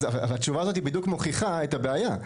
התשובה הזאת בדיוק מוכיחה את הבעיה.